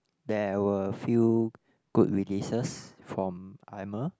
there were few good releases from